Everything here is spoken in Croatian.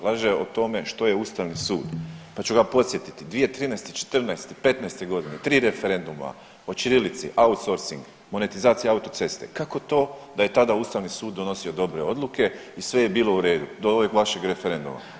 Laže o tome što je ustavni sud, pa ću ga podsjetiti, 2013., '14., '15.g. tri referenduma o ćirilici, outsourcing, monetizacija autoceste, kako to da je tada ustavni sud donosio dobre odluke i sve je bilo u redu do ovog vašeg referenduma.